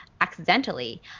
accidentally